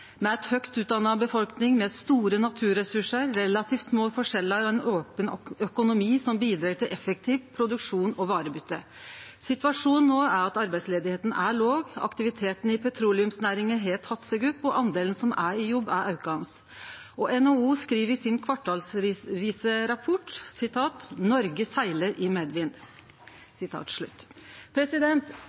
leve eit godt liv, med ei høgt utdanna befolkning, med store naturressursar, med relativt små forskjellar og med ein open økonomi som bidreg til effektiv produksjon og varebyte. Situasjonen no er at arbeidsløysa er låg, aktiviteten i petroleumsnæringa har teke seg opp, og delen som er i jobb, er aukande. NHO skriv i sin kvartalsvise rapport: «Norge seiler i medvind.»